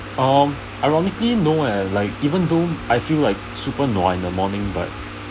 um ironically no eh like even though I feel like super nua in the morning but